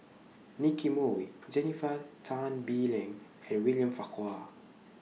Nicky Moey Jennifer Tan Bee Leng and William Farquhar